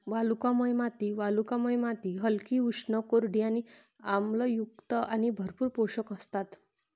वालुकामय माती वालुकामय माती हलकी, उष्ण, कोरडी आणि आम्लयुक्त आणि भरपूर पोषक असतात